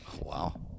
Wow